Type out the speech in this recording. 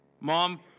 Mom